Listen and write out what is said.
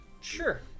Sure